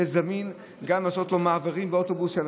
זמין וגם לעשות לו מעברים באוטובוסים,